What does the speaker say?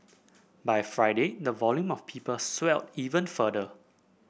by Friday the volume of people swelled even further